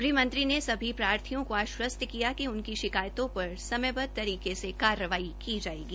गृह मंत्री ने सभी प्रार्थियों को आश्वस्त किया कि उनकी शिकायतों पर समयबद्ध तरीके से कार्रवाई की जोयेगी